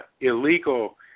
illegal